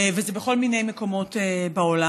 וזה בכל מיני מקומות בעולם.